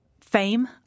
fame